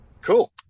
Cool